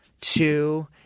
two